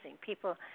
People